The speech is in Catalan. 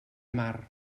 mar